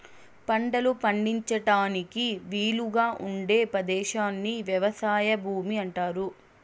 పంటలు పండించడానికి వీలుగా ఉండే పదేశాన్ని వ్యవసాయ భూమి అంటారు